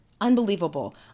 unbelievable